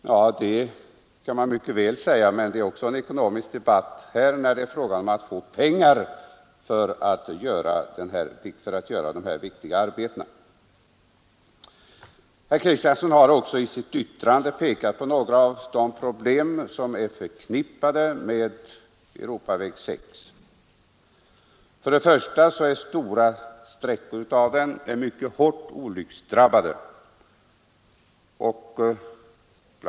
Ja, det kan man mycket väl säga, men att skaffa pengar för att göra dessa viktiga arbeten är också en ekonomisk fråga. Herr Kristiansson har i sitt yttrande pekat på några av de problem som är förknippade med E 6. För det första är stora sträckor av vägen mycket hårt olycksdrabbade.